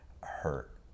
hurt